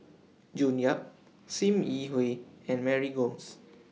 June Yap SIM Yi Hui and Mary Gomes